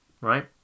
right